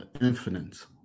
infinite